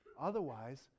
Otherwise